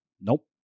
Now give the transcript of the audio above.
nope